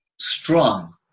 strong